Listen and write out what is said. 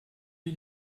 wie